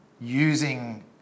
using